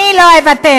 אני לא אוותר,